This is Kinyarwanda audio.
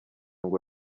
ngo